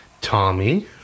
Tommy